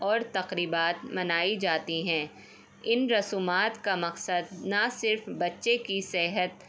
اور تقریبات منائی جاتی ہیں ان رسومات کا مقصد نہ صرف بچے کی صحت